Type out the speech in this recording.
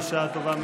בשעה טובה.